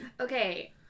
okay